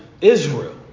Israel